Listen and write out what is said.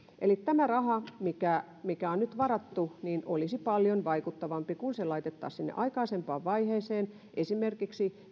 eli tämä raha mikä mikä on nyt varattu olisi paljon vaikuttavampi kun se laitettaisiin sinne aikaisempaan vaiheeseen esimerkiksi